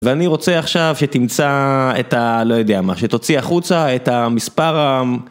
ואני רוצה עכשיו שתמצא את ה... לא יודע מה, שתוציא החוצה את המספר ה...